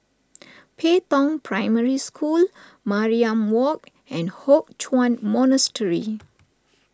Pei Tong Primary School Mariam Walk and Hock Chuan Monastery